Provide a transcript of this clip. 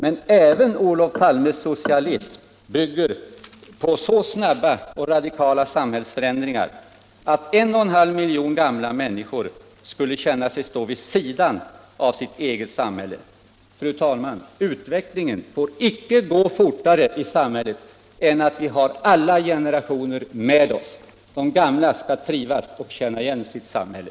Men även Olof Palmes socialism bygger på så snabba och radikala samhällsförändringar att en och en halv miljon gamla människor skulle känna sig stå vid sidan av sitt eget samhälle. Fru talman! Utvecklingen får icke gå fortare i samhället än att vi har den äldre generationen med oss. De gamla skall trivas och känna igen sitt samhälle.